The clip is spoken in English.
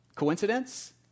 coincidence